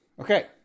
okay